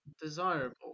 desirable